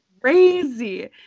crazy